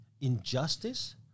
injustice